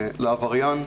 לעבריין,